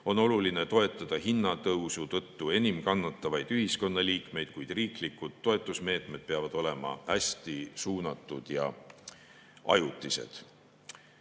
On oluline toetada hinnatõusu tõttu enim kannatavaid ühiskonnaliikmeid, kuid riiklikud toetusmeetmed peavad olema hästi suunatud ja ajutised.